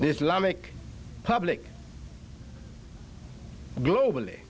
this law make public globally